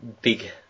big